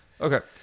Okay